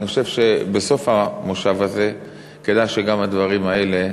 אני חושב שבסוף המושב הזה כדאי שגם הדברים האלה,